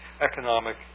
economic